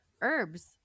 herbs